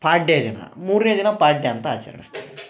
ಪಾಡ್ಯ ದಿನ ಮೂರನೇ ದಿನ ಪಾಡ್ಯ ಅಂತ ಆಚರಸ್ತೀವಿ